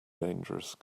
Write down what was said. dangerous